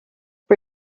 for